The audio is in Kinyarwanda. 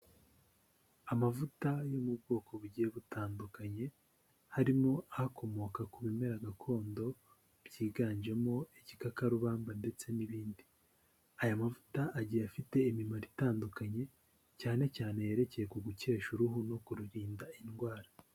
Amavuta yo mu bwoko bugiye butandukanye, harimo akomoka ku bimera gakondo byiganjemo igikakarubamba ndetse n'ibindi, aya mavuta agiye afite imimaro itandukanye cyane cyane yerekeye ku gukesha uruhu no kururinda indwara.